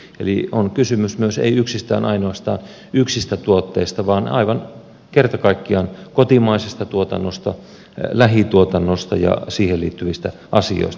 eli kysymys ei ole ainoastaan yksistä tuotteista vaan aivan kerta kaikkiaan kotimaisesta tuotannosta lähituotannosta ja siihen liittyvistä asioista